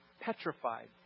petrified